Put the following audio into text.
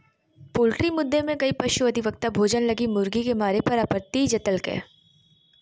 poultry मुद्दे में कई पशु अधिवक्ता भोजन लगी मुर्गी के मारे पर आपत्ति जतैल्कय